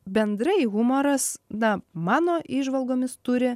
bendrai humoras na mano įžvalgomis turi